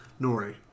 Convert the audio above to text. Nori